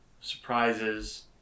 surprises